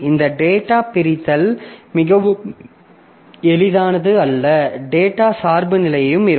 இந்த டேட்டா பிரித்தல் மிகவும் எளிதானது அல்ல டேட்டா சார்புநிலையும் இருக்கும்